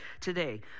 today